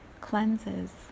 cleanses